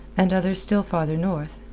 and others still farther north.